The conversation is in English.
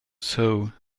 sow